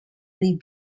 libya